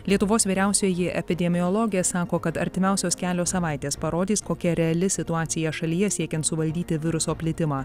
lietuvos vyriausioji epidemiologė sako kad artimiausios kelios savaitės parodys kokia reali situacija šalyje siekiant suvaldyti viruso plitimą